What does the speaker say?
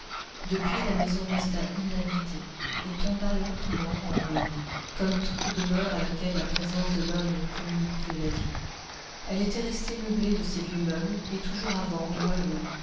depuis la maison resta inhabitée et tomba lentement en ruine comme toute demeure à laquelle la présence de l'homme ne communique plus la vie elle était restée meublée de ses vieux meubles et toujours à vendre ou à louer